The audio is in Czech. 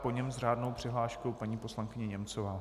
Po něm s řádnou přihláškou paní poslankyně Němcová.